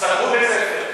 סגרו בית-ספר?